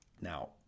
Now